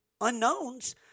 unknowns